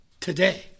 today